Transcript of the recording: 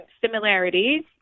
similarities